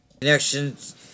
...connections